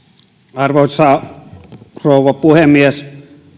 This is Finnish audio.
arvoisa rouva puhemies